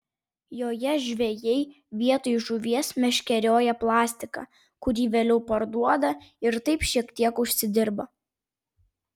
joje žvejai vietoj žuvies meškerioja plastiką kurį vėliau parduoda ir taip šiek tiek užsidirba